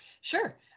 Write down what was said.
Sure